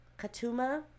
Katuma